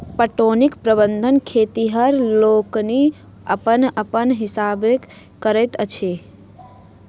पटौनीक प्रबंध खेतिहर लोकनि अपन अपन हिसाबेँ करैत छथि